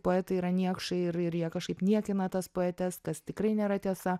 poetai yra niekšai ir ir jie kažkaip niekina tas poetes kas tikrai nėra tiesa